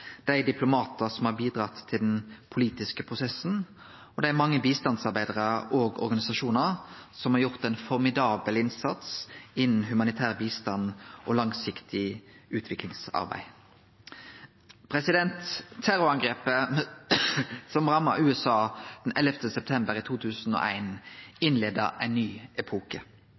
som har bidratt til den politiske prosessen og dei mange bistandsarbeidarane og organisasjonane som har gjort ein formidabel innsats innan humanitær bistand og langsiktig utviklingsarbeid. Terrorangrepet som ramma USA den 11. september 2001 innleia ein ny epoke.